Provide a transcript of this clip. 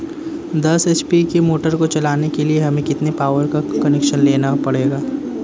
दस एच.पी की मोटर को चलाने के लिए हमें कितने पावर का कनेक्शन लेना पड़ेगा?